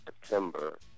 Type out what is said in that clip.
September